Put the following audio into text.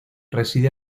reside